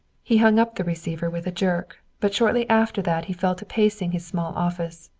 he hung up the receiver with a jerk, but shortly after that he fell to pacing his small office.